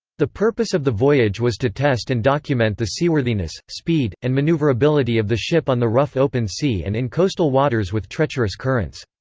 the purpose of the voyage was to test and document the seaworthiness, speed, and manoeuvrability of the ship on the rough open sea and in coastal waters with treacherous currents.